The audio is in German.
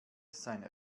sein